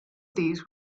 these